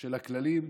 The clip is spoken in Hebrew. של הכללים.